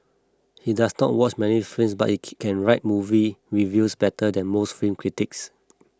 he does not watch many films but he can write movie reviews better than most film critics